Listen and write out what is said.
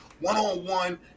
one-on-one